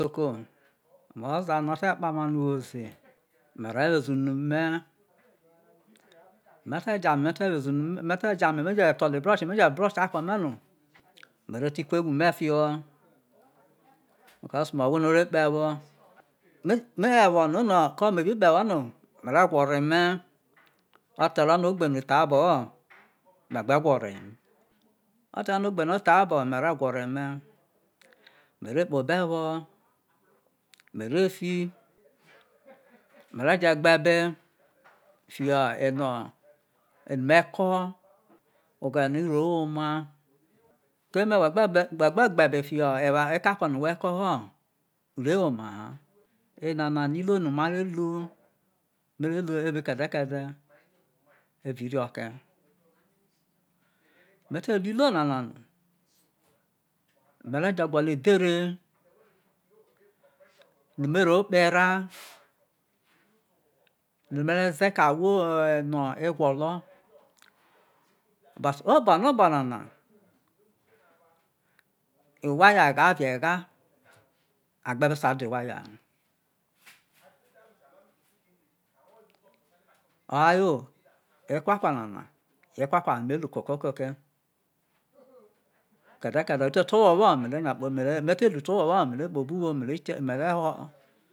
me oza no ote kpama no uwo ze me re weze unu me me te ja ame me te ja ame me je tolo ebroshe meje brose ako me no me re ti kuo ewu me fiho because me ohwo no o re ti kpe ewo, me je wo no no ko oye me bi kpe ewo no me re gwo ore me ote ro no egbe no otha abo ha me gbe gwa ore he oterono egbe no o tha abo mere gwa ore me, me re kpo obo ewo mere fi mere je gbe-ebe fio eno me ko fio oghere no iro woma keme whe gbe gbe ebe fio ewa eka ko no whe ko ha u re woma ha enana yo iruo no ma re lu mere la evao kede kede evao irioke me te lu iruo nana no mere je gwolo edhere no me ro kpe erao no mere ze ka awho no egwolo but obo no obo nana iwaya egha vi egha agbe be ta de iwaya ha yo he ekwakwa nena yo ekwakwa no me re lu koke ko ke kede kede u te to owo wo me re nya kpo me te lu to owowo me re kpo obuwo mere kie me re ho.